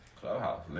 Clubhouse